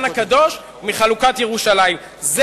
האופוזיציה.